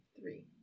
Three